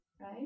right